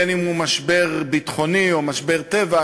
אם משבר ביטחוני או משבר טבע,